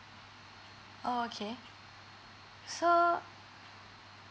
oh okay so